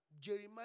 Jeremiah